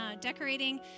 decorating